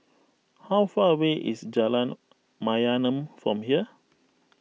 how far away is Jalan Mayaanam from here